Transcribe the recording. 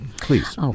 please